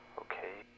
okay